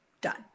done